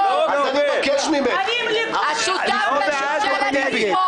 אז אני אבקש ממך --- שאלה פשוטה,